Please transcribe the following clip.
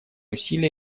усилия